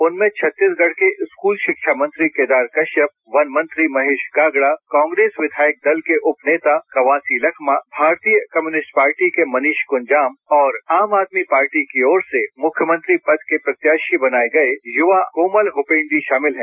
उनमें छत्तीसगढ़ के स्कूल शिक्षामंत्री केदार कश्यप वनमंत्री महेश गागडा कांग्रेस विधायक दल के उप नेता कवासी लखमा और भारतीय कम्युनिस्ट पार्टी के मनीष कुंजाम और आम आदमी पार्टी की ओर से मुख्यमंत्री पद के प्रत्याशी बनाये गये युवा कोमल हुपेन्दी शामिल हैं